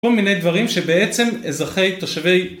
כל מיני דברים שבעצם אזרחי תושבי